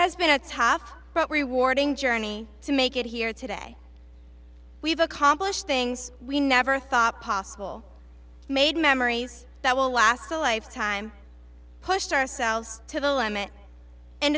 has been a tough but rewarding journey to make it here today we've accomplished things we never thought possible made memories that will last a lifetime pushed ourselves to the limit and